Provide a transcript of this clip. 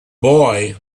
boy